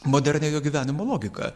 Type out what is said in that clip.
moderniojo gyvenimo logika